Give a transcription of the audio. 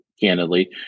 candidly